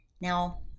Now